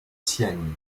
siagne